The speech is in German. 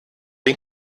den